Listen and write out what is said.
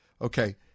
Okay